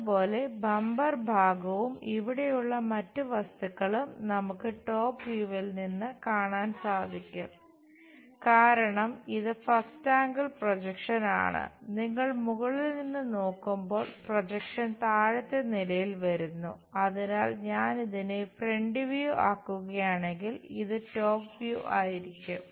അതുപോലെ ബമ്പർ ആയിരിക്കും